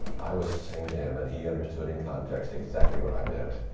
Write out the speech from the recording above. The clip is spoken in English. i was saying to him, and he understood in context exactly what i meant,